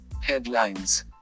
headlines